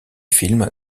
film